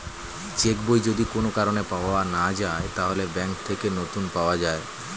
check বই যদি কোন কারণে পাওয়া না যায়, তাহলে ব্যাংক থেকে নতুন পাওয়া যায়